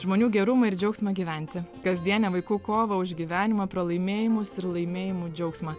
žmonių gerumą ir džiaugsmą gyventi kasdienę vaikų kovą už gyvenimą pralaimėjimus ir laimėjimų džiaugsmą